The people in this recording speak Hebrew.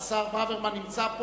השר ברוורמן נמצא,